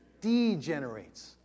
degenerates